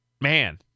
man